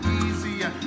easier